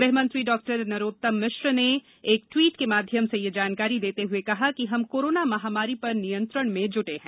गृह मंत्री डॉक्टर नरोत्तम मिश्रा ने एक ट्वीट के माध्यम से ये जानकारी देते हुए कहा कि हम कोरोना महामारी पर नियंत्रण में जुटे हैं